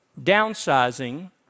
downsizing